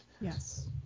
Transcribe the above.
Yes